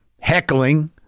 heckling